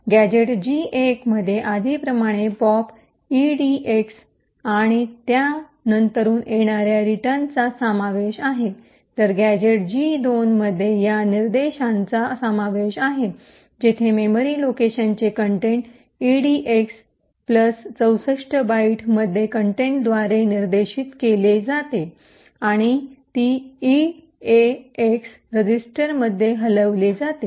gadget G 1 मध्ये आधीप्रमाणे pop EDX आणि त्यानंतरून येणाऱ्या रिटर्नचा समावेश आहे तर गॅझेट जी 2 मध्ये या निर्देशांचा समावेश आहे जेथे मेमरी लोकेशन चे कंटेंट ईडीएक्स 64 बाइटमधील कंटेंटद्वारे निर्देशित केली जाते आणि ती ईएएक्स रजिस्टरमध्ये हलविली जाते